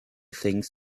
things